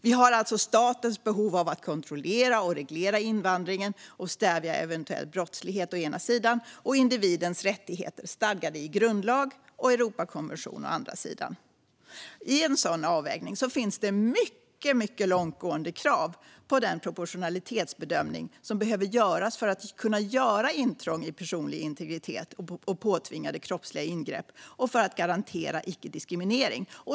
Vi har alltså statens behov av att kontrollera och reglera invandringen och stävja eventuell brottslighet å ena sidan och individens rättigheter stadgade i grundlag och Europakonventionen å andra sidan. I en sådan avvägning finns mycket långtgående krav på den proportionalitetsbedömning som behöver göras för att kunna göra intrång i personlig integritet och påtvingade kroppsliga ingrepp och för att garantera icke-diskriminering.